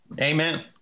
amen